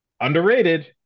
underrated